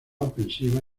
ofensiva